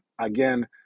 again